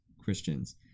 Christians